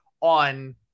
on